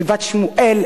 גבעת-שמואל,